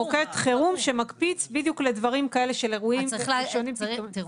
מוקד חירום שמקפיץ בדיוק לדברים כאלה של אירועים -- אז תראו,